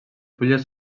fulles